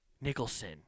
Nicholson